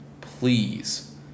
Please